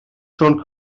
siôn